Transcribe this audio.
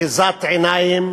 אחיזת עיניים